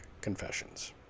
Confessions